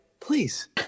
Please